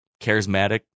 charismatic